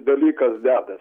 dalykas dedas